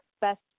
best